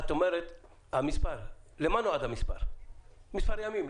למה נועד מספר הימים?